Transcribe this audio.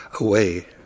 away